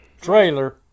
trailer